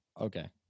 Okay